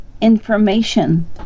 information